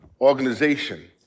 organization